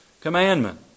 commandment